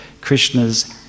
Krishna's